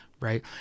Right